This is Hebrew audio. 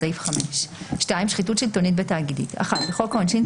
סעיף 5. שחיתות שלטונית בתאגידים בחוק העונשין,